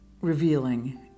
revealing